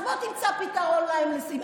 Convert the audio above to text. אז בוא תמצא פתרון להומלסים.